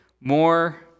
more